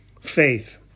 Faith